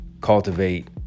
cultivate